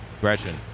Gretchen